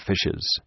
fishes